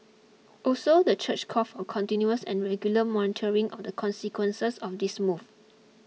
also the church called for continuous and regular monitoring of the consequences of this move